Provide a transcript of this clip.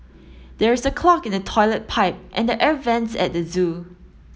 there is a clog in the toilet pipe and the air vents at the zoo